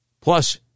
plus